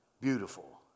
beautiful